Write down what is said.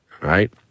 Right